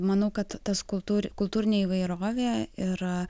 manau kad tas kultūr kultūrinė įvairovė yra